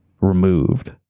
removed